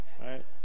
right